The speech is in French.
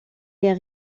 est